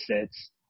sets